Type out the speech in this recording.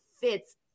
fits